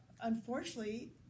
unfortunately